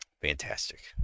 Fantastic